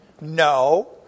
No